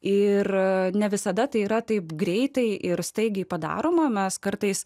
ir ne visada tai yra taip greitai ir staigiai padaroma mes kartais